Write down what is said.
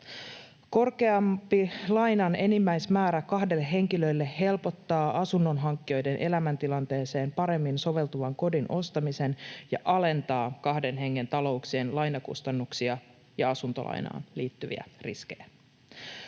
Korkeampi lainan enimmäismäärä kahdelle henkilölle helpottaa asunnonhankkijoiden elämäntilanteeseen paremmin soveltuvan kodin ostamista ja alentaa kahden hengen talouksien lainakustannuksia ja asuntolainaan liittyviä riskejä.